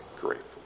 grateful